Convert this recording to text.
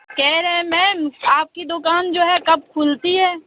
کہہ رہے ہیں میم آپ کی دُکان جو ہے کب کُھلتی ہے